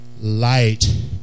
light